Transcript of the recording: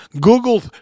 Google